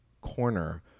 corner